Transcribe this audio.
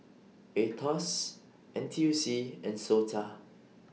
Aetos Ntuc and Sota